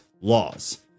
laws